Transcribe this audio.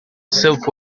silk